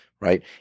right